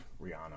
Rihanna